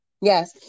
Yes